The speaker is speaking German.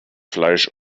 fleisch